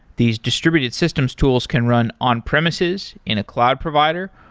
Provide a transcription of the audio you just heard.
these distributed systems tools can run on-premises, in a cloud provider,